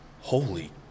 Holy